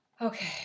Okay